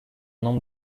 nombre